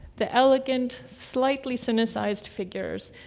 the elegant, slightly sinicized figures,